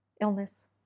Illness